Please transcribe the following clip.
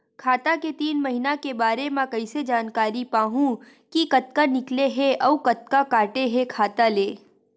खाता के तीन महिना के बारे मा कइसे जानकारी पाहूं कि कतका निकले हे अउ कतका काटे हे खाता ले?